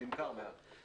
נמכר מעט.